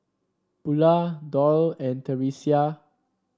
Bula Doyle and Theresia